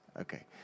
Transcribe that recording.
Okay